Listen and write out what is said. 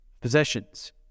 possessions